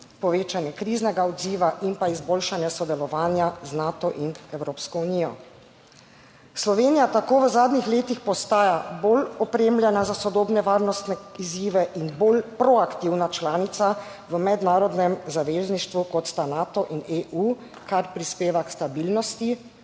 povečanje kriznega odziva in pa izboljšanje sodelovanja z Nato in Evropsko unijo. Slovenija tako v zadnjih letih postaja bolj opremljena za sodobne varnostne izzive in bolj proaktivna članica v mednarodnem zavezništvu, kot sta Nato in EU, kar prispeva k stabilnosti